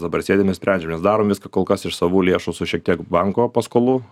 dabar sėdim ir sprendžiam mes darom viską kol kas iš savų lėšų su šiek tiek banko paskolų